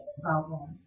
problem